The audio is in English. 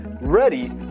ready